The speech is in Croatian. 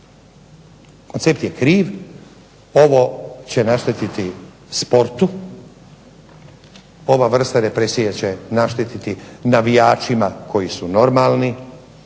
koncept je kriv, ovo će naštetiti sportu, ova vrsta represije će naštetiti navijačima koji su normalni,